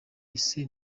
ese